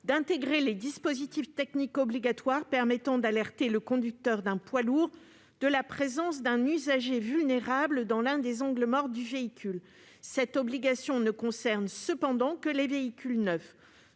d'intégrer des dispositifs techniques permettant d'alerter le conducteur d'un poids lourd de la présence d'un usager vulnérable dans l'un des angles morts du véhicule. Cette obligation ne concernera cependant que les véhicules neufs.